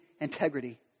integrity